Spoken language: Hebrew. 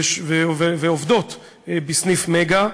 ועובדות בסניף "מגה".